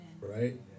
right